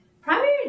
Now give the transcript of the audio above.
Primary